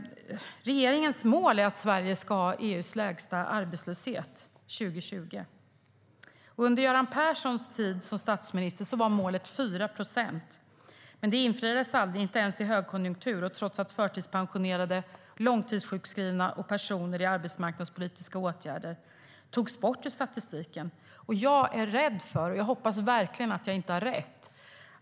Regeringens mål är att Sverige ska ha EU:s lägsta arbetslöshet 2020. Under Göran Perssons tid som statsminister var målet 4 procent. Men det infriades aldrig, inte ens i högkonjunktur, trots att förtidspensionerade, långtidssjukskrivna och personer i arbetsmarknadspolitiska åtgärder togs bort ur statistiken. Jag hoppas verkligen inte att jag har rätt.